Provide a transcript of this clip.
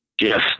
Yes